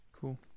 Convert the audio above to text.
Cool